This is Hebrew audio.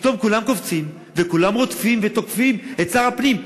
פתאום כולם קופצים וכולם רודפים ותוקפים את שר הפנים.